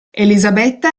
elisabetta